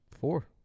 four